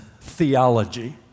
theology